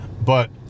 But-